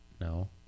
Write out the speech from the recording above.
No